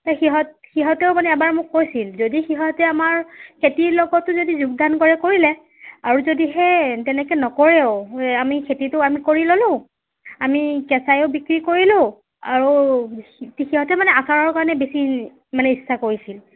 সিহঁত সিহঁতেও মানে এবাৰ মোক কৈছিল যদি সিহঁতি আমাৰ খেতিৰ লগতো যদি যোগদান কৰে কৰিলে আৰু যদি সেই তেনেকৈ নকৰেও আমি খেতিটো আমি কৰি ল'লোঁ আমি কেঁচাইও বিক্ৰী কৰিলোঁ আৰু সিহঁতি মানে আচাৰৰ কাৰণে বেছি মানে ইচ্ছা কৰিছিল